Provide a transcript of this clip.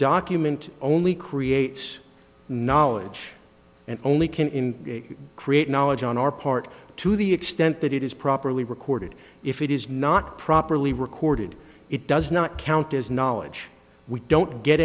document only creates knowledge and only can in create knowledge on our part to the extent that it is properly recorded if it is not properly recorded it does not count as knowledge we don't get